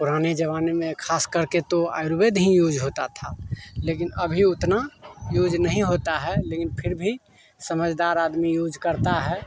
पुराने जमाने में खास करके तो आयुर्वेद ही यूज होता था लेकिन अभी उतना यूज नहीं होता है लेकिन फिर भी समझदार आदमी यूज करता है